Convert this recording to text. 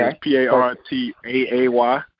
P-A-R-T-A-A-Y